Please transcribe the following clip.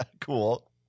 Cool